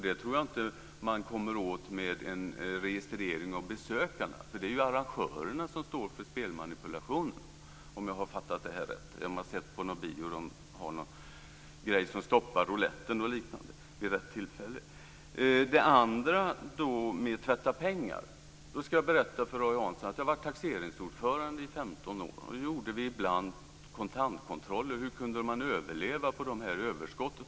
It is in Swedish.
Det kommer man nog inte åt med en registrering av besökarna, eftersom det är arrangörerna som ägnar sig åt sådant, om jag har förstått detta rätt. Jag har sett på bio att det finns en grej som man kan använda för att stoppa rouletten vid rätt tillfälle. När det gäller penningtvätt vill jag berätta för Roy Hansson att jag har varit taxeringsordförande i 15 år. Då gjorde vi ibland kontantkontroller, eftersom vi undrade hur man kunde överleva på sina överskott.